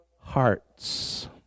hearts